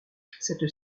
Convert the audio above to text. cette